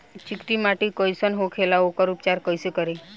चिकटि माटी कई सन होखे ला वोकर उपचार कई से करी?